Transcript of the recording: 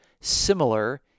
similar